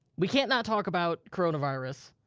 we can't not talk about coronavirus.